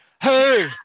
Hey